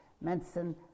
Medicine